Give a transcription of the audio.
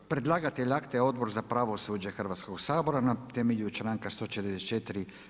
Predlagatelj akta je Odbor za pravosuđe Hrvatskog sabora na temelju članka 144.